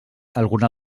alguna